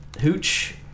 hooch